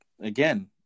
again